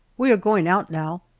we are going out now,